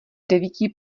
devíti